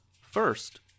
First